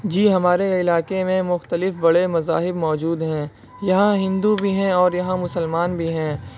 جی ہمارے علاقے میں مختلف بڑے مذاہب موجود ہیں یہاں ہندو بھی ہیں اور یہاں مسلمان بھی ہیں